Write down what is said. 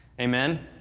Amen